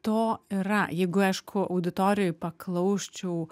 to yra jeigu aišku auditorijoj paklausčiau